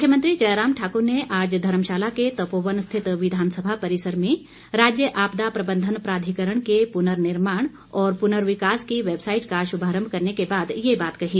मुख्यमंत्री जयराम ठाकुर ने आज धर्मशाला के तपोवन रिथत विधानसभा परिसर में राज्य आपदा प्रबंधन प्राधिकरण के पुर्ननिर्माण और पुर्नविकास की वैबसाईट का शुभारंभ करने के बाद ये बात कही